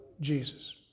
Jesus